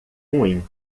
ruim